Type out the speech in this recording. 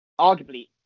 Arguably